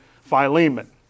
Philemon